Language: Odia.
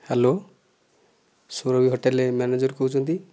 ହ୍ୟାଲୋ ସୁରଭି ହୋଟେଲ ମ୍ୟାନେଜର କହୁଛନ୍ତି